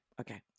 Okay